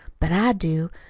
but i do.